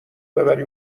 ببری